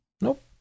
Nope